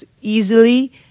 easily